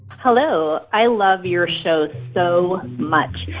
hello. i love your show so much.